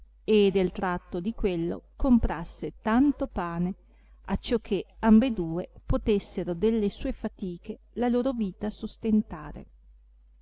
e del tratto di quello comprasse tanto pane acciò che ambedue potessero delle sue fatiche la loro vita sostentare